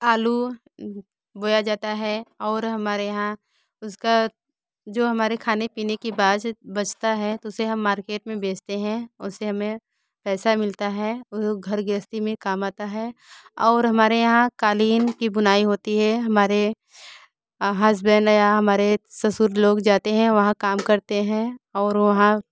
आलू बोया जाता है और हमारे यहाँ उसका जो हमारे खाने पीने की बाद बचता है तो उसे हम मार्केट में बेचते हैं उसे हमे पैसा मिलता है वो घर गृहस्थी में काम आता है और हमारे यहाँ कालीन की बुनाई होती है हमारे हसबैन्ड है या हमारे ससुर लोग जाते हैं वहाँ काम करते हैं और वहाँ